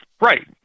Right